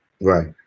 Right